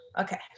Okay